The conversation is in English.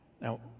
Now